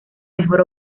mejor